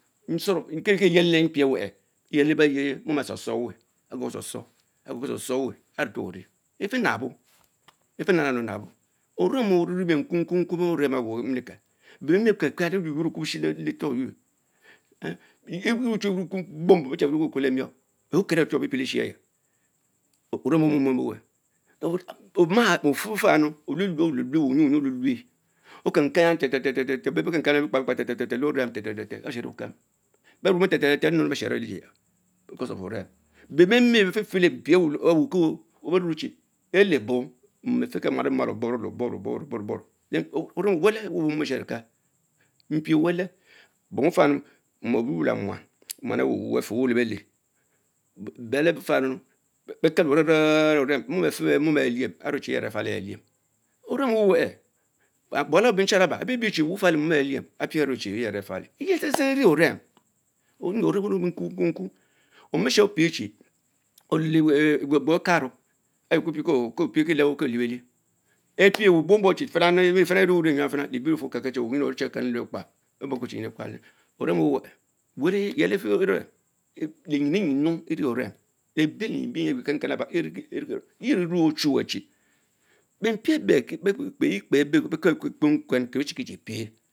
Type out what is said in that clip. Nshero kie kie yele leh mpie ewer, eyele mumch ashor Shornwel, are shor shon, agorki shar show weh aretor wen ovie etinabo, efina nab le onabo, nking awen emileke, bee bie Máy okekel oyunyul Lektor yuch, kpom akele rekopie pre ovem efun of a omeme, Okenken bemek ken kem teh ten ten Севекра Секpa tel tek le oram Teh ten be sherumpah, beh rum ter ter ter beciem legieye belance bebeh men bie fefer one are one whwer of oven. mpie owch ko rue vue chi everbo mom afich keh aborbovo le buro orem welch were mom arve kel mpie weten, oferta oyun yurr muam awuwu afewen. lemuan Lebell, bell afanunn bakelo orem, aten Liem ve ve oven liem, okem mom cafe meh anuch yieree falche bualom weh were beh biebie cen wch falch momen eliem, apie buck yerch, falie yeh the ene oven, okem omenkung kung kung, omieshe pie chie oven le Egbugbor ekano eyue ko bie ko lebeler, epie obuong friaa enrie lebile ufur okekel aine tebie lefun wuyin Okenu leh biekpa beh bobkue Chimpini tawale? oven lenymn mpinis ene oven, belby Jeh me ochume chine yen kape beh kit ber kuenkwen; kichiku Chripie.